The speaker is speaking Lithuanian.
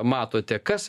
matote kas